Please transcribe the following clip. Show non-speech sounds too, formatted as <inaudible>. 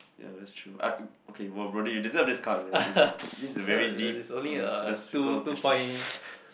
ya that's true I okay !wow! brother you deserved this card man I think <noise> this is a very deep uh philosophical question <noise>